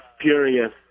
furious